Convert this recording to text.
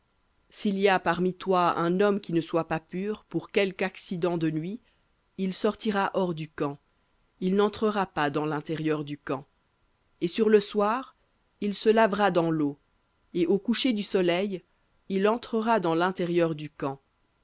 s'il y a parmi toi un homme qui ne soit pas pur pour quelque accident de nuit il sortira hors du camp il n'entrera pas dans l'intérieur du camp et sur le soir il se lavera dans l'eau et au coucher du soleil il entrera dans l'intérieur du camp